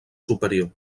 superior